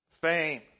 Fame